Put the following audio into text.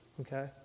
Okay